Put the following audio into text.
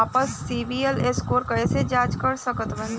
आपन CIBIL score कैसे जांच सकत बानी?